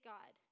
God